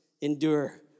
endure